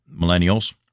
millennials